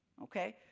okay,